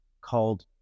called